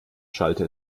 schallte